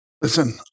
Listen